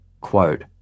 Quote